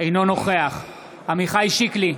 אינו נוכח עמיחי שיקלי,